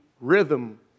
rhythm